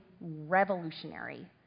revolutionary